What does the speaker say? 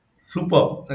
Super